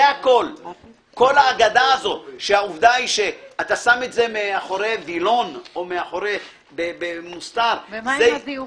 כל האגדה הזו שאתה שם את זה מאחורי וילון או מוסתר- - ומה עם הזיופים?